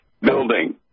building